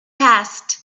passed